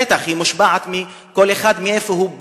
בטח, היא מושפעת, כל אחד מאיפה הוא בא,